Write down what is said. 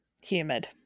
humid